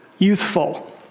Youthful